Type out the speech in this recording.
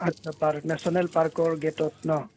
আচ্ছা park national পাৰ্কৰ গেটত ন